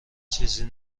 چیزی